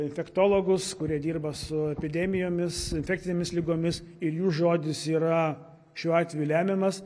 infektologus kurie dirba su epidemijomis infekcinėmis ligomis ir jų žodis yra šiuo atveju lemiamas